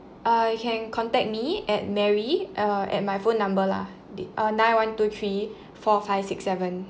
uh you can contact me at mary uh at my phone number lah th~ uh nine one two three four five six seven